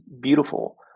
beautiful